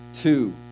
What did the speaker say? two